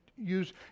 Use